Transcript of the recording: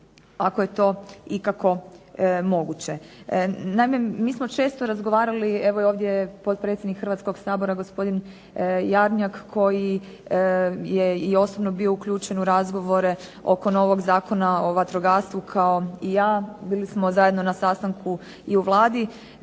ako je to ikako moguće. Naime, mi smo često razgovarali, evo i ovdje je potpredsjednik Hrvatskoga sabora gospodin Jarnjak koji je i osobno bio uključen u razgovore oko novog Zakona o vatrogastvu kao i ja. Bili smo zajedno na sastanku i u Vladi.